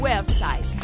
Website